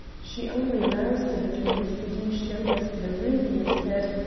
she only roused a bit when mr. deane showed us the ruby and said